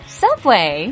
subway